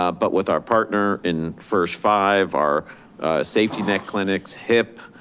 ah but with our partner in first five, our safety net clinics hip,